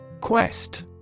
Quest